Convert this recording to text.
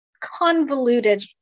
convoluted